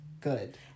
good